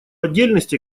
отдельности